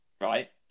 Right